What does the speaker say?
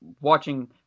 watching